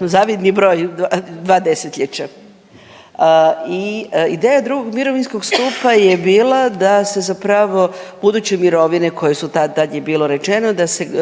zavidni broj, dva desetljeća i ideja 2. mirovinskog stupa je bila da se zapravo buduće mirovine koje su tad, tad je bilo rečeno